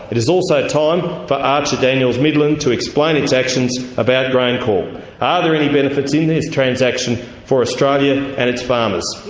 it is also time for archer daniels midland to explain its actions about graincorp. are there any benefits in this transaction for australia and its farmers?